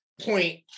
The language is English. point